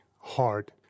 hard